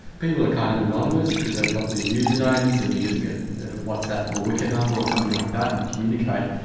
people are kind of anonymous because they've got these usernames and you just get a whatsapp or wickr number or something like that and communicate.